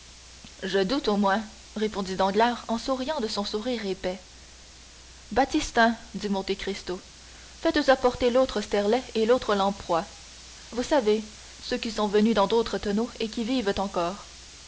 je doute au moins répondit danglars en souriant de son sourire épais baptistin dit monte cristo faites apporter l'autre sterlet et l'autre lamproie vous savez ceux qui sont venus dans d'autres tonneaux et qui vivent encore